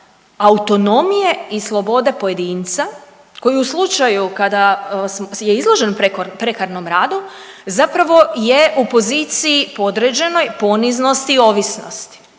autonomije i slobode pojedinca koji u slučaju kada smo, je izložen prekarnom radu zapravo je u poziciji podređenoj, poniznosti, ovisnosti,